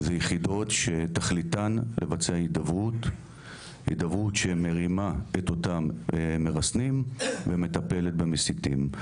זה יחידות שתכליתן לבצע הידברות שמרימה את אותם מרסנים ומטפלת במסיתים.